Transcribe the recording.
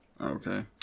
Okay